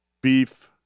beef